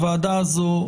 הוועדה הזאת,